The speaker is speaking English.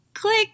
Click